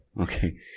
Okay